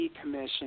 Commission